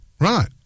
Right